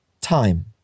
Time